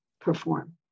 perform